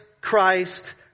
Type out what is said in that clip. Christ